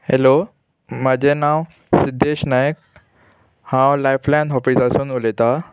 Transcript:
hello म्हाजें नांव सिद्देश नायक हांव लायफलायन ऑफिसांसून उलयतां